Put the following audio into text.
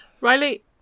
Riley